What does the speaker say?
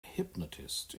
hypnotist